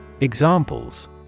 Examples